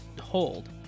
hold